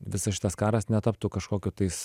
visas šitas karas netaptų kažkokiu tais